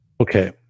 Okay